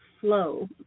flow